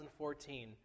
2014